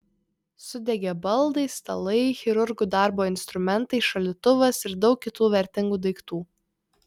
sudegė baldai stalai chirurgų darbo instrumentai šaldytuvas ir daug kitų vertingų daiktų